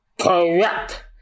Correct